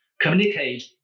Communicate